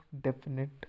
definite